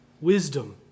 wisdom